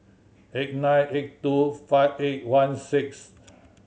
eight nine eight two five eight one six